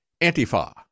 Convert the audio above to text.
Antifa